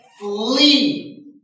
flee